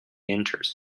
enters